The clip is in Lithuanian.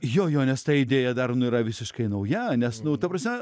jo jo nes ta idėja dar nu yra visiškai nauja nes nu ta prasme